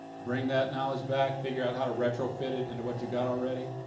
bring that knowledge back, figure out how to retrofit it into what you've got already.